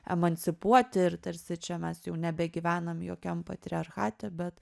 emancipuoti ir tarsi čia mes jau nebegyvenam jokiam patriarchate bet